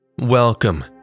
Welcome